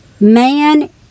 Man